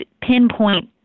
pinpoint